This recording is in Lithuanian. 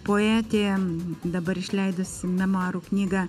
poetė dabar išleidusi memuarų knygą